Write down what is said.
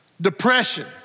depression